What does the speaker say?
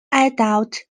adult